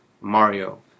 Mario